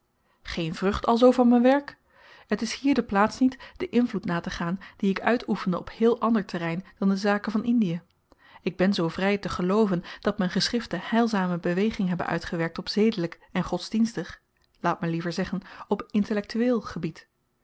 geen vrucht alzoo van m'n werk het is hier de plaats niet den invloed nategaan dien ik uitoefende op heel ander terrein dan de zaken van indie ik ben zoo vry te gelooven dat m'n geschriften heilzame beweging hebben uitgewerkt op zedelyk en godsdienstig laat me liever zeggen op intellektueel gebied